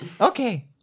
Okay